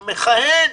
המכהן,